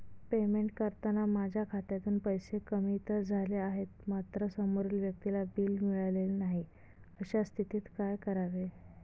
Payment करताना माझ्या खात्यातून पैसे कमी तर झाले आहेत मात्र समोरील व्यक्तीला बिल मिळालेले नाही, अशा स्थितीत काय करावे?